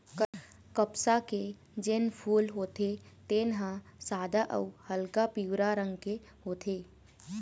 कपसा के जेन फूल होथे तेन ह सादा अउ हल्का पीवरा रंग के होथे